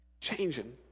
changing